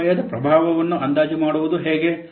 ಅಪಾಯದ ಪ್ರಭಾವವನ್ನು ಅಂದಾಜು ಮಾಡುವುದು ಹೇಗೆ